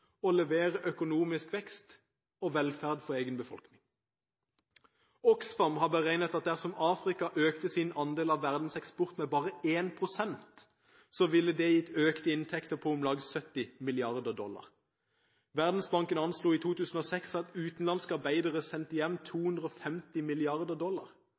å levere økonomisk vekst og velferd for egen befolkning. Oxfam har beregnet at dersom Afrika økte sin andel av verdens eksport med bare én prosent, ville det gitt økte inntekter på om lag 70 mrd. dollar. Verdensbanken anslo i 2006 at utenlandske arbeidere sendte hjem 250 mrd. dollar.